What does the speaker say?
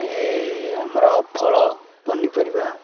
ଏ ଆମର ଫଳ ପନିପରିବା